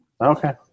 Okay